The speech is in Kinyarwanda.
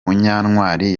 munyantwali